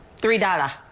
three dollars.